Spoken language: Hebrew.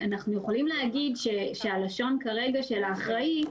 אנחנו יכולים להגיד שהלשון כרגע של האחראי,